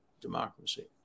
democracy